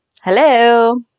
Hello